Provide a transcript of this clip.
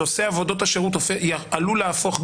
שנושא עבודות השירות עלול להפוך,